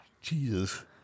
Jesus